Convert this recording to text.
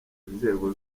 inzego